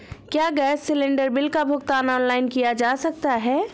क्या gas cylinder bill का भुगतान ऑनलाइन किया जा सकता है?